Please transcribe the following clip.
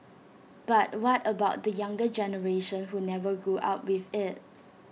but what about the younger generation who never grew up with IT